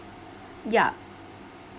ya